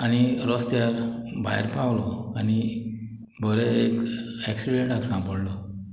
आनी रोस्त्यार भायर पावलो आनी बोरे एक एक्सिडेंटाक सांपोडलो